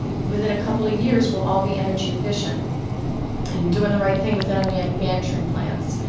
within a couple of years we'll all be energy efficient and doing the right thing within our manufacturing plants.